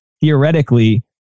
theoretically